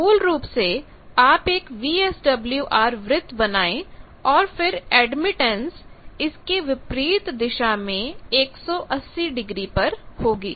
मूल रूप से आप एक वीएसडब्ल्यूआर वृत्त बनाए और फिर एडमिटेंस इसके विपरीत दिशा में 180 डिग्री पर होगी